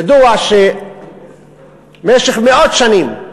ידוע שבמשך מאות שנים,